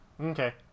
Okay